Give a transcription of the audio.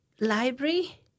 library